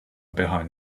behind